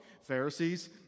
Pharisees